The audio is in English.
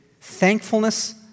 thankfulness